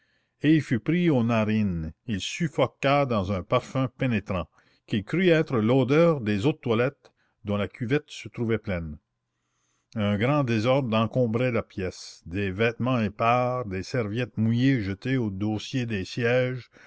et il fut pris aux narines il suffoqua dans un parfum pénétrant qu'il crut être l'odeur des eaux de toilette dont la cuvette se trouvait pleine un grand désordre encombrait la pièce des vêtements épars des serviettes mouillées jetées aux dossiers des sièges